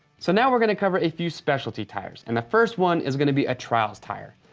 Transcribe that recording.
so now we're gonna cover a few specialty tires. and the first one is gonna be a trials tire.